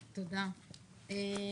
קודם כול,